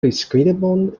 priskribon